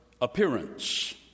appearance